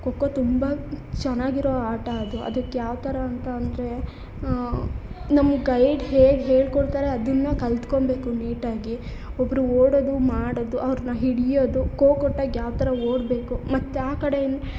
ಖೋಖೋ ತುಂಬ ಚೆನ್ನಾಗಿರೋ ಆಟ ಅದು ಅದಕ್ಕೆ ಯಾವ ಥರ ಅಂತ ಅಂದರೆ ನಮಗೆ ಗೈಡ್ ಹೇಗೆ ಹೇಳಿಕೊಡ್ತಾರೆ ಅದನ್ನು ಕಲ್ತ್ಕೊಬೇಕು ನೀಟಾಗಿ ಒಬ್ಬರು ಓಡೋದು ಮಾಡೋದು ಅವ್ರನ್ನ ಹಿಡಿಯೋದು ಕೊ ಕೊಟ್ಟಾಗ ಯಾವ ಥರ ಓಡಬೇಕು ಮತ್ತು ಆ ಕಡೆಯಿನ್